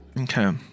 Okay